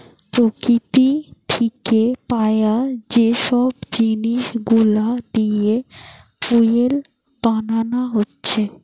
প্রকৃতি থিকে পায়া যে সব জিনিস গুলা দিয়ে ফুয়েল বানানা হচ্ছে